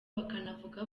bakanavuga